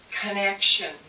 connection